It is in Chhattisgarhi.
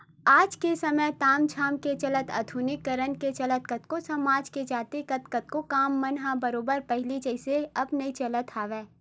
आज के समे ताम झाम के चलत आधुनिकीकरन के चलत कतको समाज के जातिगत कतको काम मन ह बरोबर पहिली जइसे अब नइ चलत हवय